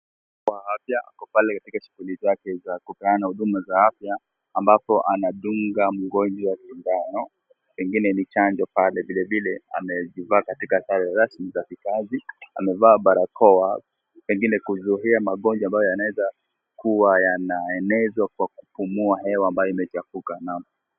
Mhudumu wa afya ako pale katika shughuli zake za kupeana Huduma za afya ambapo anadunga mgonjwa na sindano, pengine ni chanjo pale. Vile vile amejivaa katika sare rasmi za kikazi. Amevaa barakoa, pengine kuzuia magonjwa ambayo yanaweza kuwa yanaenezwa kwa kupumua hewa ambayo imechafuka.